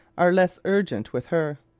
are less urgent with her.